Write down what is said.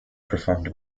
performed